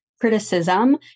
criticism